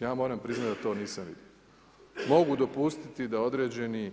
Ja vam moram priznati da to nisam vidio, mogu dopustiti da određeni